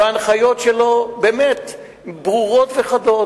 וההנחיות שלו ברורות וחדות.